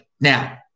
now